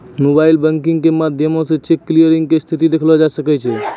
mobile banking के माध्यमो से चेक क्लियरिंग के स्थिति देखलो जाय सकै छै